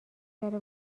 کرده